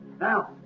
Now